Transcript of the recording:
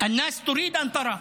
האנשים רוצים לראות,